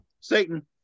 Satan